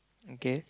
okay